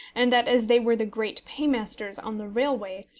and that, as they were the great paymasters on the railway,